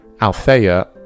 Althea